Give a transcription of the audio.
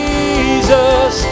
Jesus